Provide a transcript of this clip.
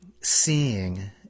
seeing